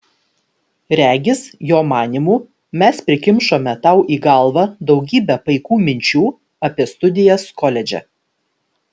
regis jo manymu mes prikimšome tau į galvą daugybę paikų minčių apie studijas koledže